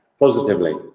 positively